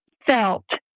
felt